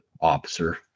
officer